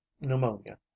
pneumonia